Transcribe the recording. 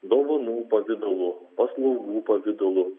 dovanų pavidalu paslaugų pavidalu